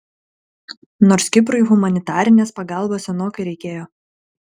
nors kiprui humanitarinės pagalbos senokai reikėjo